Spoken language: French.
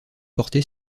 porté